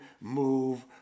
move